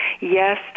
Yes